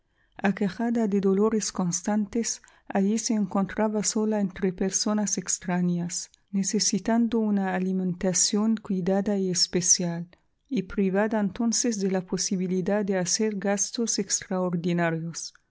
de dolores constantes allí se encontraba sola entre personas extrañas necesitando una alimentación cuidada y especial y privada entonces de la posibilidad de hacer gastos extraordinarios